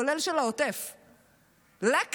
כולל של העוטף, לכנסת,